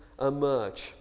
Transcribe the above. emerge